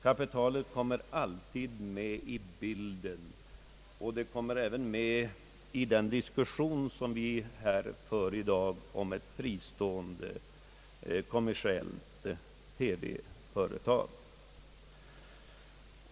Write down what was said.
Kapitalet kommer alltid med i bilden, och det ingår även i den diskussion vi för i dag om ett fristående, kommersiellt TV-företag.